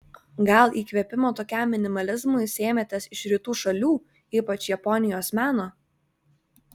gal įkvėpimo tokiam minimalizmui sėmėtės iš rytų šalių ypač japonijos meno